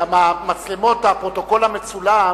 גם המצלמות, הפרוטוקול המצולם,